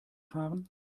fahren